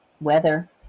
weather